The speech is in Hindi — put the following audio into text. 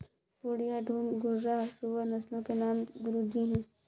पूर्णिया, डूम, घुर्राह सूअर नस्लों के नाम है गुरु जी